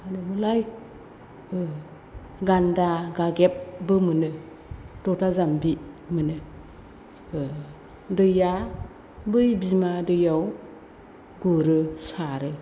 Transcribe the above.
मा होनोमोनलाय गान्दा गागेबो मोनो थथा जाम्बि मोनो दैया बै बिमा दैयाव गुरो सारो